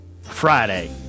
Friday